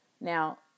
Now